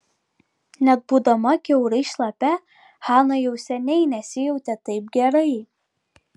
net būdama kiaurai šlapia hana jau seniai nesijautė taip gerai